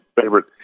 favorite